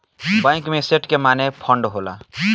bank में asset के माने फंड होला